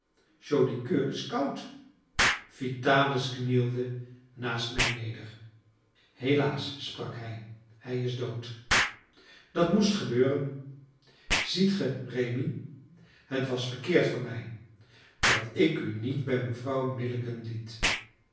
joli coeur is koud vitalis knielde naast mij neder helaas sprak hij hij is dood dat moest gebeuren ziet gij rémi het was verkeerd van mij dat ik u niet bij mevrouw milligan liet